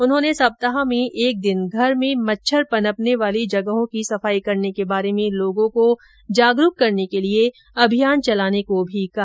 उन्होंने सप्ताह में एक दिन घर में मच्छर पनपने वाली जगहों की सफाई करने के बारे में लोगों को जागरूक करने के लिए अभियान चलाने को भी कहा